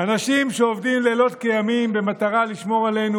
אנשים שעובדים לילות כימים במטרה לשמור עלינו